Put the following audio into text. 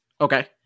Okay